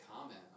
comment